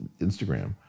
Instagram